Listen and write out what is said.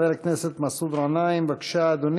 חבר הכנסת מסעוד גנאים, בבקשה, אדוני.